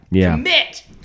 Commit